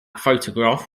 photograph